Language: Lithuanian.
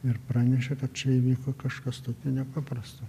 ir pranešė kad čia įvyko kažkas tokio nepaprasto